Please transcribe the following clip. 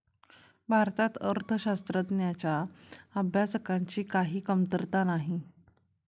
भारतात अर्थशास्त्राच्या अभ्यासकांची काही कमतरता नाही